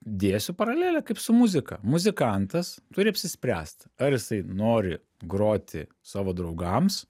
dėsiu paralelę kaip su muzika muzikantas turi apsispręst ar jisai nori groti savo draugams